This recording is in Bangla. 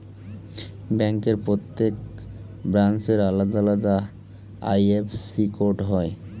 ব্যাংকের প্রত্যেক ব্রাঞ্চের আলাদা আলাদা আই.এফ.এস.সি কোড হয়